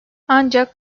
ancak